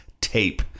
tape